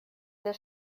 der